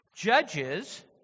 Judges